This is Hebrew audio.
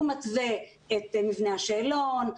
הוא מתווה את מבנה השאלון,